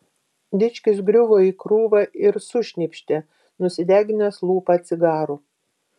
dičkis griuvo į krūvą ir sušnypštė nusideginęs lūpą cigaru